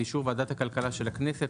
באישור ועדת הכלכלה של הכנסת,